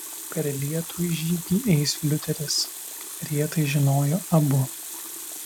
per lietų į žygį eis liuteris ir jie tai žinojo abu